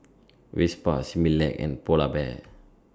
Vespa Similac and Pull and Bear